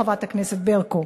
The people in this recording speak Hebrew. חברת הכנסת ברקו,